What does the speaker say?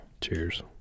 Cheers